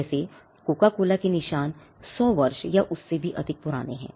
जैसे Coca Cola के निशान 100 वर्ष या उससे भी अधिक पुराने हैं